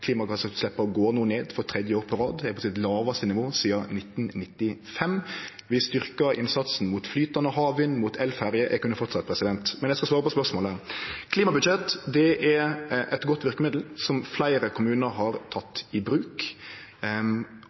går no ned for tredje året på rad og er på sitt lågaste nivå sidan 1995. Vi styrkjer innsatsen for flytande havvind og elferjer – eg kunne ha fortsett, men eg skal svare på spørsmålet: Klimabudsjett er eit godt verkemiddel som fleire kommunar har teke i bruk.